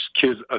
kids